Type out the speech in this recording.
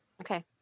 Okay